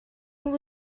will